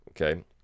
okay